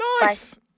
Nice